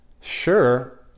Sure